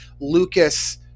Lucas